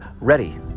ready